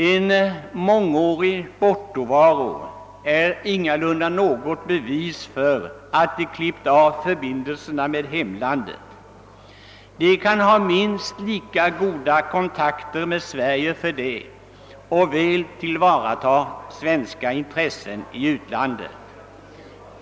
En mångårig bortovaro är ingalunda något bevis för att utlandssvenskarna klippt av förbindelserna med hemlandet. De kan ha minst lika goda kontakter med Sverige för det och väl tillvarata svenska intressen i utlandet.